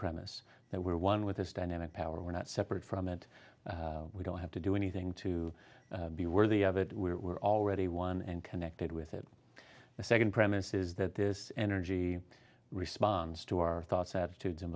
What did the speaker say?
premise that we are one with this dynamic power we're not separate from it we don't have to do anything to be worthy of it we're already one and connected with it the second premise is that this energy responds to our thoughts attitudes and